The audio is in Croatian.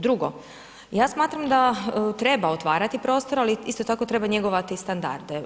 Drugo, ja smatram da treba otvarati prostor ali isto tako treba njegovati standarde.